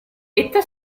esta